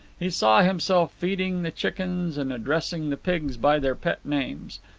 he saw himself feeding the chickens and addressing the pigs by their pet names,